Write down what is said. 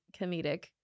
comedic